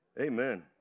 amen